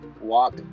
Walk